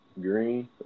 green